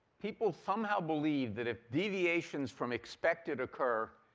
people somehow believe that if deviations from expected occur,